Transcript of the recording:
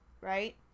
Right